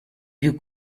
più